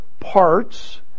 Parts